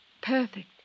Perfect